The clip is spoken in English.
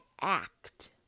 act